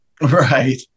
Right